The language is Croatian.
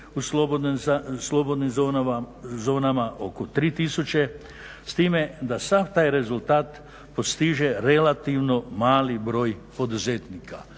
u slobodnim zonama oko 3000. S time da sav taj rezultat postiže relativno mali broj poduzetnika,